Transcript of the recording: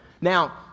Now